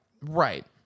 right